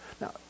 Now